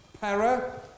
Para